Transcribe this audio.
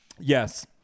Yes